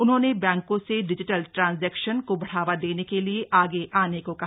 उन्होंने बैंकों से डिजिटल ट्रांसेक्शन को बढ़ावा देने के लिए आगे आने को कहा